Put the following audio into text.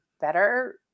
better